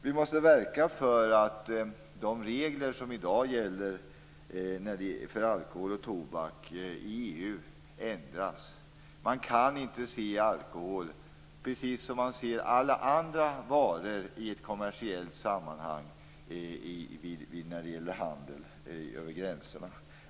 Vi måste verka för att de regler som i dag gäller för alkohol och tobak i EU ändras. Man kan inte se på alkohol som man ser på alla andra varor i ett kommersiellt sammanhang när det gäller handel över gränserna.